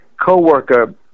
co-worker